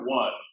one